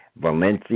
Valencia